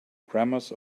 grammars